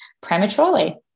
prematurely